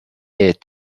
est